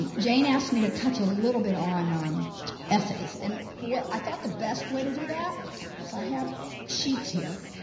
um jane asked me to touch a little bit on um essays and what i thought the best way to do that is i have sheets here